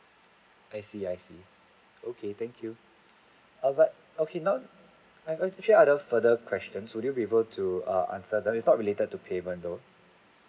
I see I see okay thank you but okay now I've actually other further questions would you be able to err answer them it is not related to payment though